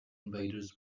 invaders